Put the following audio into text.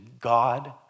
God